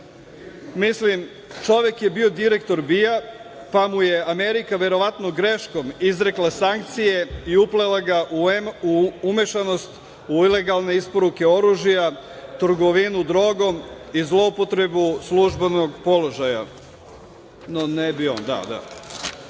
čovek je bio direktor BIA, pa mu je Amerika verovatno greškom izrekla sankcije i uplela ga u umešanost u ilegalne isporuke oružja, trgovinu drogom i zloupotrebu službenog položaja. No, ne bi on, da, da. Što